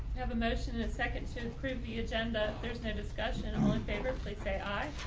have a motion in a second to approve the agenda. there's no discussion all in favor, please say aye.